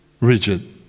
rigid